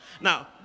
now